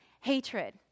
hatred